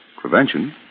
prevention